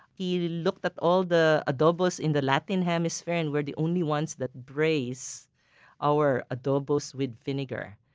he looked up all the adobos in the latin hemisphere, and we're the only ones that braise our adobos with vinegar.